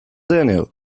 daniel